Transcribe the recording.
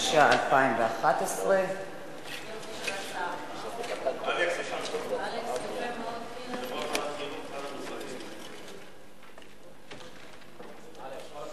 התשע"א 2011. חוק זכויות התלמיד (תיקון מס'